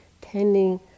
tending